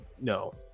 no